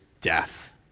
death